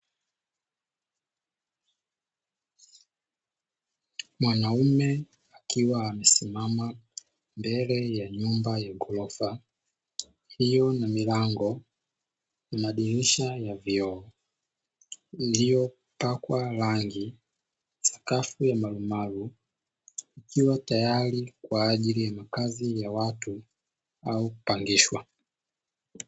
Mwanaume akiwa amesimama mbele ya nyumba ya ghorofa iliyo na milango na madirisha ya vioo, iliyopakwa rangi sakafu ya malumalu ikiwatayari kwa ajili ya makazi ya watu au kupangishwa.